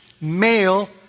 male